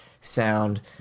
sound